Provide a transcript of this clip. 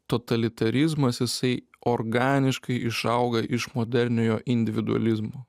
totalitarizmas isai organiškai išauga iš moderniojo individualizmo